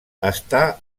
està